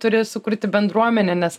turi sukurti bendruomenę nes